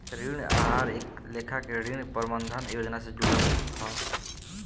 ऋण आहार एक लेखा के ऋण प्रबंधन योजना से जुड़ल हा